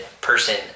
person